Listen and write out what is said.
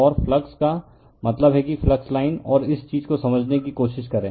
और फ्लक्स का मतलब है कि फ्लक्स लाइन और इस चीज को समझने की कोशिश करें